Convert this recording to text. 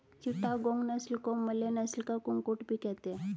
चिटागोंग नस्ल को मलय नस्ल का कुक्कुट भी कहते हैं